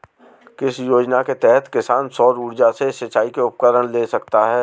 किस योजना के तहत किसान सौर ऊर्जा से सिंचाई के उपकरण ले सकता है?